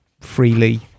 freely